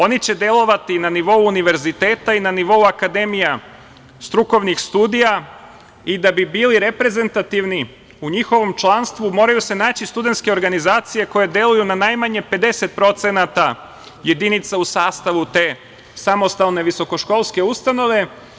Oni će delovati na nivou univerziteta i na nivou akademija strukovnih studija i da bi bili reprezentativni u njihovom članstvu moraju se naći studentske organizacije koje deluju na najmanje 50% jedinica u sastavu te samostalne visoko školske ustanove.